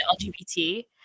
lgbt